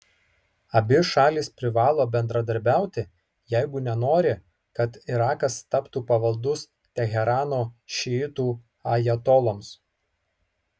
abi šalys privalo bendradarbiauti jeigu nenori kad irakas taptų pavaldus teherano šiitų ajatoloms